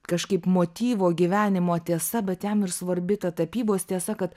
kažkaip motyvo gyvenimo tiesa bet jam ir svarbi ta tapybos tiesa kad